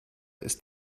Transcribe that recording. ist